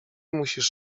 musisz